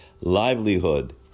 livelihood